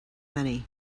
many